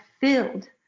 filled